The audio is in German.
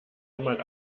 jemand